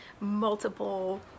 multiple